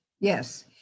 Yes